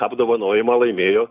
apdovanojimą laimėjo